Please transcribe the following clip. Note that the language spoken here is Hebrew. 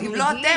אם לא אתם,